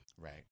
Right